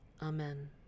amen